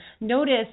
notice